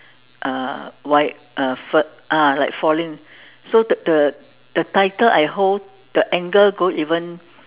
uh why uh f~ ah like falling the tighter I hold the angle go even